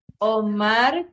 Omar